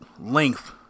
length